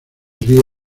ríe